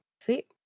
sweet